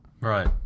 Right